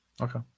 okay